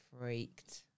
freaked